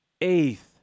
Eighth